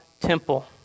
temple